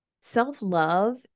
self-love